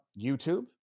YouTube